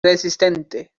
resistente